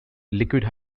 liquid